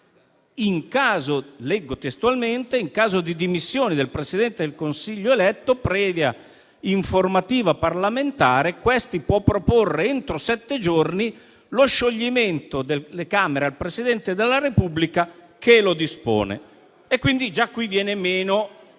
Infatti - leggo testualmente - in caso di dimissioni del Presidente del Consiglio eletto, previa informativa parlamentare, questi può proporre, entro sette giorni, lo scioglimento delle Camere al Presidente della Repubblica, che lo dispone. Quindi, già qui viene meno